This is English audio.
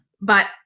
But-